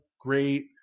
great